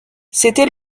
c’était